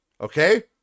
Okay